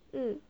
mm